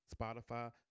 Spotify